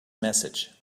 message